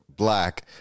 black